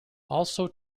also